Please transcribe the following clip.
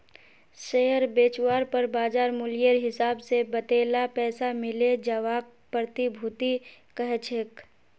share बेचवार पर बाज़ार मूल्येर हिसाब से वतेला पैसा मिले जवाक प्रतिभूति कह छेक